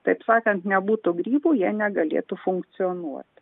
taip sakant nebūtų grybų jie negalėtų funkcionuoti